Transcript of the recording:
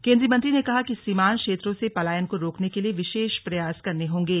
केंद्रीय मंत्री ने कहा कि सीमांत क्षेत्रों से पलायन को रोकने के लिए विशेष प्रयास करने होंगे